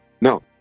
No